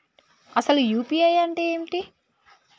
అసలు యూ.పీ.ఐ అంటే ఏమిటి?